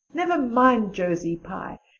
never mind josie pye.